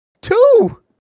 Two